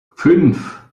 fünf